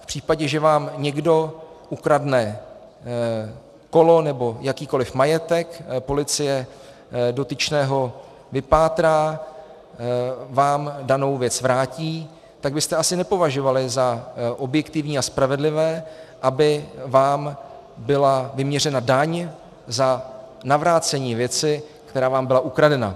V případě, že vám někdo ukradne kolo nebo jakýkoli majetek, policie dotyčného vypátrá, vám danou věc vrátí, tak byste asi nepovažovali za objektivní a spravedlivé, aby vám byla vyměřena daň za navrácení věci, která vám byla ukradena.